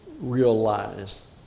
realize